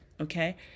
okay